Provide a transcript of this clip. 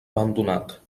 abandonat